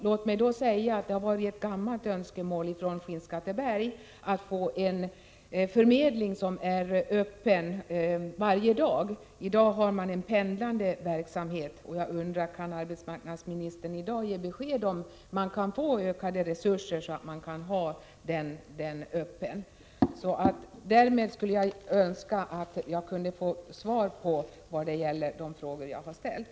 Låt mig säga att det är ett gammalt önskemål i Skinnskatteberg att få en förmedling som är öppen varje dag. Nu har man en pendlande verksamhet, och jag undrar om arbetsmarknadsministern i dag kan utlova ökade resurser så att man kan ha arbetsförmedlingen öppen varje dag. Jag skulle önska att få svar på de frågor jag har ställt.